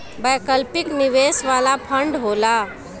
वैकल्पिक निवेश वाला फंड होला